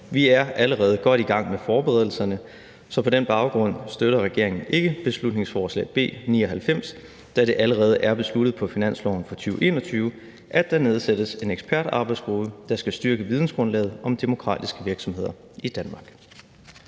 Vi er allerede godt i gang med forberedelserne, så på den baggrund støtter regeringen ikke beslutningsforslag B 99, da det allerede er besluttet på finansloven for 2021, at der nedsættes en ekspertarbejdsgruppe, der skal styrke vidensgrundlaget om demokratiske virksomheder i Danmark.